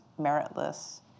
meritless